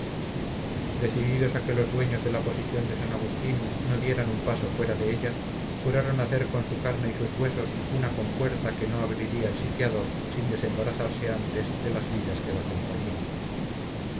decididos a que los dueños de la posición de san agustín no dieran un paso fuera de ella juraron hacer con su carne y sus huesos una compuerta que no abriría el sitiador sin desembarazarse antes de las vidas que la componían